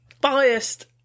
biased